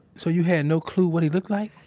so, you had no clue what he look like?